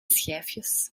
schijfjes